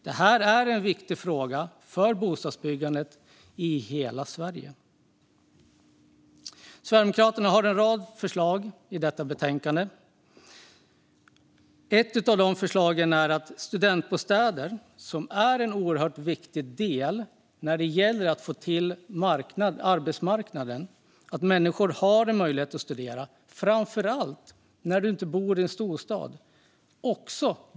Det här är en viktig fråga för bostadsbyggandet i hela Sverige. Sverigedemokraterna har en rad förslag i betänkandet. Ett av förslagen rör studentbostäder, som är en oerhört viktig del när det gäller att få till arbetsmarknaden. Människor ska ha möjlighet att studera även om man inte bor i en storstad.